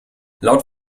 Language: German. laut